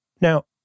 Now